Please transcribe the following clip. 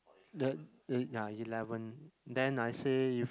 y~ ya eleven then I say if